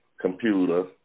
computer